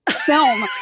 film